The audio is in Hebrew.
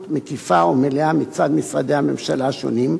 מקיפה ומלאה מצד משרדי הממשלה השונים,